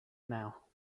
now